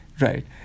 Right